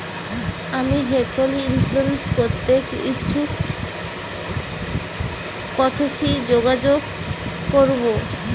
আমি health insurance করতে ইচ্ছুক কথসি যোগাযোগ করবো?